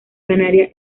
canaria